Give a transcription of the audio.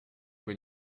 when